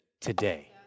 today